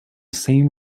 same